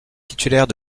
titulaire